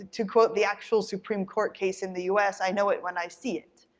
to quote the actual supreme court case in the u s, i know it when i see it.